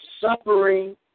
suffering